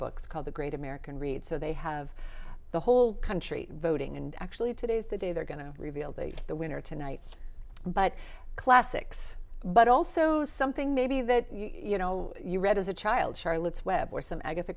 books called the great american read so they have the whole country voting and actually today's the day they're going to reveal the winner tonight but classics but also something maybe that you know you read as a child charlotte's web or some agatha